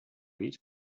eat